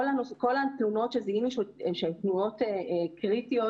כל התלונות שזיהינו שהן תלונות קריטיות,